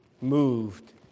moved